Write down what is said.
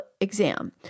exam